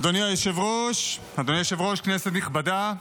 אדוני היושב-ראש, כנסת נכבדה,